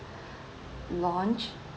lounge